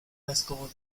vescovo